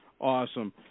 awesome